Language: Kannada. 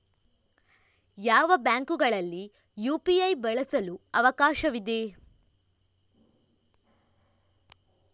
ಯಾವ ಬ್ಯಾಂಕುಗಳಲ್ಲಿ ಯು.ಪಿ.ಐ ಬಳಸಲು ಅವಕಾಶವಿದೆ?